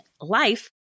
life